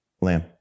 Lamb